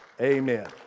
amen